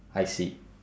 I see